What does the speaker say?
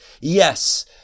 Yes